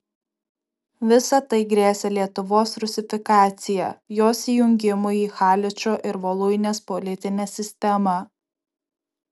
visa tai grėsė lietuvos rusifikacija jos įjungimu į haličo ir voluinės politinę sistemą